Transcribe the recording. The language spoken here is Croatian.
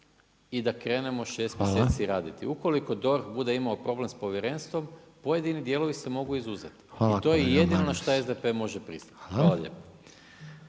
i da krenemo 6 mjeseci raditi. Ukoliko DORH bude imao problem s povjerenstvom, pojedini dijelovi se mogu izuzeti i to je jedino na što SDP može pristati. Hvala lijepo.